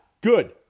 Good